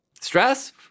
Stress